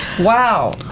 wow